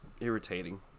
irritating